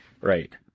Right